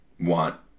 want